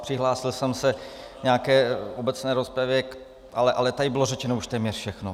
Přihlásil jsem se k nějaké obecné rozpravě, ale tady bylo řečeno už téměř všechno.